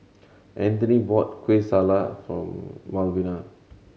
Anthoney bought Kueh Salat for Malvina